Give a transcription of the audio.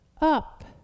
up